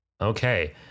okay